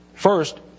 First